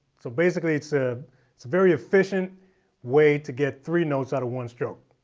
so basically it's a it's a very efficient way to get three notes out of one stroke.